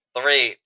Three